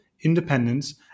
independence